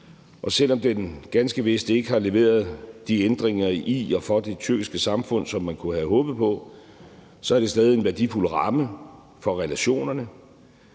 og selv om den ganske vist ikke har leveret de ændringer i og for det tyrkiske samfund, som man kunne have håbet på, så er det stadig en værdifuld ramme for relationerne.